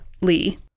Lee